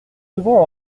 devons